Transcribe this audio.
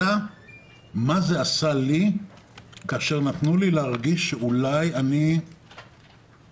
מה זה עשה לי כאשר נתנו לי להרגיש שאולי אני ארטיסט.